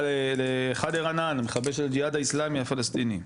לחאדר ענן המחבל של הג'יהאד האסלאמי הפלסטיני,